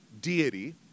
deity